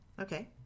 Okay